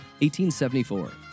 1874